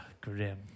Grim